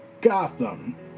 Gotham